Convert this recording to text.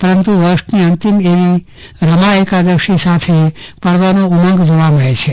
પરંતુ વર્ષની અંતિમ એવીરમા એકાદશી સાથે પર્વનો ઉમંગ જોવા મળે છે